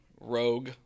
rogue